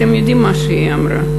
אתם יודעים מה היא אמרה?